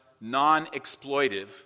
non-exploitive